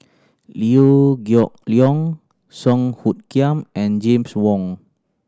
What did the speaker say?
Liew Geok Leong Song Hoot Kiam and James Wong